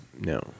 no